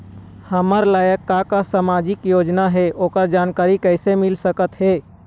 हमर लायक का का सामाजिक योजना हे, ओकर जानकारी कइसे मील सकत हे?